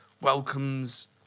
welcomes